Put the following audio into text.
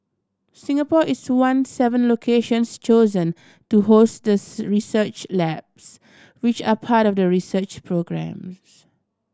Singapore is one seven locations chosen to host the research labs which are part of the research programme